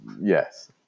Yes